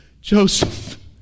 Joseph